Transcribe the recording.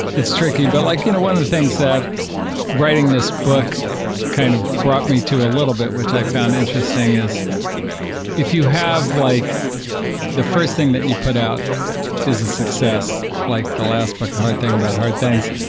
it's tricky. but like you know one of the things that writing this book kind of brought me to a little bit, which i found interesting is if you have like the first thing that you put out is a success, like the last book, the hard thing about hard things,